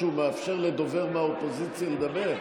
שהוא מאפשר לדובר מהאופוזיציה לדבר.